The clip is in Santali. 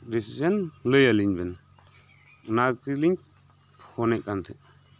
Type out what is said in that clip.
ᱰᱤᱥᱤᱥᱮᱱ ᱞᱟᱹᱭ ᱟᱹᱞᱤᱧ ᱵᱮᱱ ᱚᱱᱟ ᱛᱮᱞᱤᱧ ᱯᱷᱳᱱᱮᱫ ᱠᱟᱱ ᱛᱟᱦᱮᱸᱫ